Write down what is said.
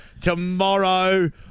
tomorrow